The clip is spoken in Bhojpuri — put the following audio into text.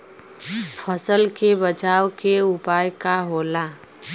फसल के बचाव के उपाय का होला?